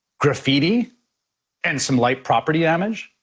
graffiti and some light property damage.